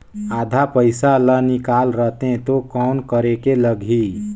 आधा पइसा ला निकाल रतें तो कौन करेके लगही?